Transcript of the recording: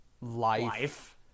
life